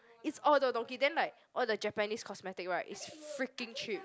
it's all Don-Don-Donki then like all the Japanese cosmetic right it's freaking cheap